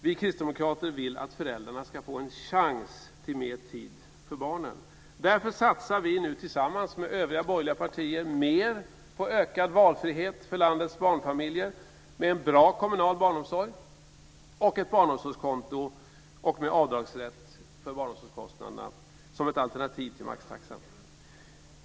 Vi kristdemokrater vill att föräldrarna ska få en chans till mer tid för barnen. Därför satsar vi nu tillsammans med övriga borgerliga partier mer på ökad valfrihet för landets barnfamiljer med en bra kommunal barnomsorg, med ett barnomsorgskonto och med avdragsrätt för barnomsorgskostnaderna som ett alternativ till maxtaxan.